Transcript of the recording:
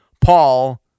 Paul